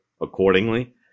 accordingly